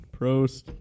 Prost